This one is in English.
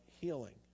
healing